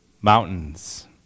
mountains